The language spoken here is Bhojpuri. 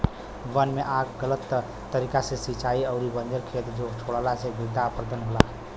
वन में आग गलत तरीका से सिंचाई अउरी बंजर खेत छोड़ला से मृदा अपरदन होला